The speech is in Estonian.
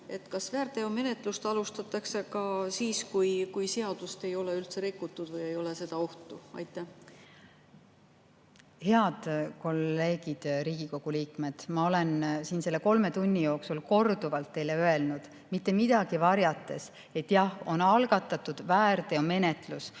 Kas väärteomenetlust alustatakse ka siis, kui seadust ei ole üldse rikutud, või ei ole seda ohtu? Head kolleegid Riigikogu liikmed! Ma olen siin selle kolme tunni jooksul korduvalt teile öelnud, mitte midagi varjates, et jah, on algatatud väärteomenetlus,